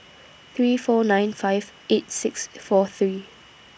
three four nine five eight six four three